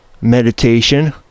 meditation